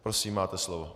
Prosím, máte slovo.